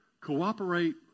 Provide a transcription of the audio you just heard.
cooperate